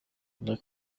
like